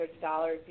dollars